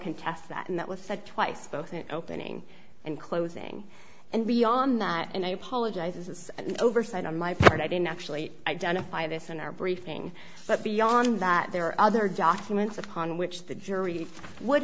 contest that and that was said twice both in opening and closing and beyond that and i apologize this is an oversight on my part i didn't actually identify this in our briefing but beyond that there are other documents upon which the jury would